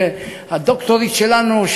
הדוקטורית שלנו,